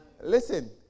Listen